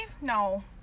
No